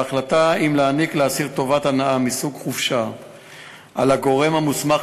בהחלטה אם לתת לאסיר טובת הנאה מסוג חופשה על הגורם המוסמך